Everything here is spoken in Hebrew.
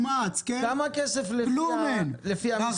למע"צ כלום אין.